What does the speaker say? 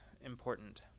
important